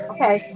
Okay